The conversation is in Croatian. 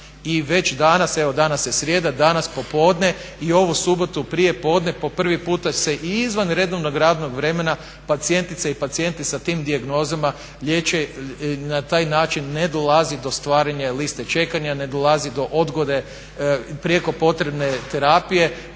već danas, evo danas je srijeda, danas popodne i ovu subotu prijepodne po prvi puta se izvan redovnog radnog vremena pacijentice i pacijenti sa tim dijagnozama liječe. Na taj način ne dolazi do stvaranja liste čekanja, ne dolazi do odgode prijeko potrebne terapije,